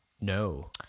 No